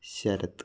Sarath